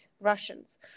Russians